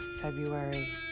February